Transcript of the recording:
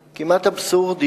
אבסורדי,